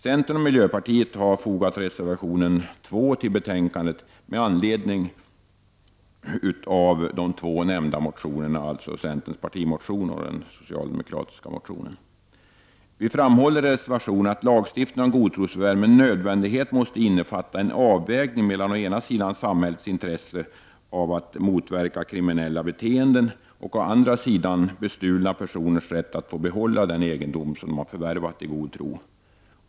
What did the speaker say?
Centern och miljöpartiet har till betänkandet fogat reservation nr 2 i anledning av de två nämnda motionerna, alltså centerns partimotion och den socialdemokratiska motionen. Vi framhåller i reservationen att lagstiftningen om godtrosförvärv med nödvändighet måste innefatta en avvägning mellan å ena sidan samhällets intresse av att motverka kriminella beteenden och å andra sidan bestulna personers rätt att få behålla den egendom som de har förvärvat i god tro.